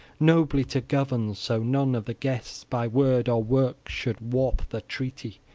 nobly to govern, so none of the guests by word or work should warp the treaty,